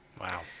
Wow